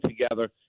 together